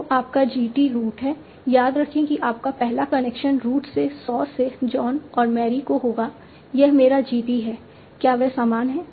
तो आपका G t root है याद रखें कि आपका पहला कनेक्शन रूट से सॉ से जॉन और मैरी को होगा यह मेरा G t है क्या वे समान हैं